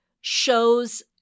shows